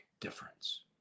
difference